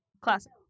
classic